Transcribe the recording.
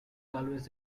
always